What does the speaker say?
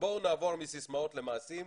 בואו נעבור מסיסמאות למעשים.